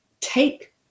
take